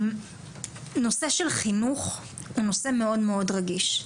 נושא של חינוך הוא נושא מאוד מאוד רגיש.